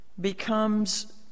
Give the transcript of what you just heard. becomes